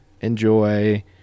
enjoy